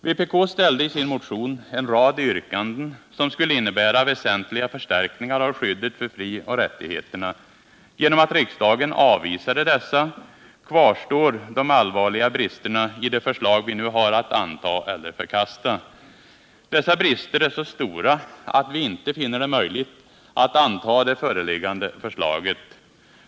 Vpk framställde i sin motion en rad yrkanden som skulle innebära väsentliga förstärkningar av skyddet för frioch rättigheterna. Genom att riksdagen avvisade dessa kvarstår de allvarliga bristerna i det förslag vi nu har att anta eller förkasta. Dessa brister är så stora att vi inte finner det möjligt att anta det föreliggande förslaget.